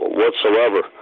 whatsoever